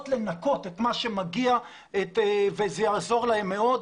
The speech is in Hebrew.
לנקות את מה שמגיע וזה יעזור להם מאוד.